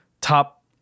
top